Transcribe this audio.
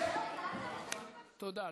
תודה.